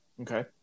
Okay